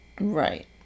right